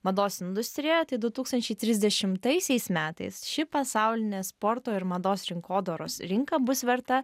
mados industrijoje tai du tūkstančiai trisdešimtaisiais metais ši pasaulinė sporto ir mados rinkodaros rinka bus verta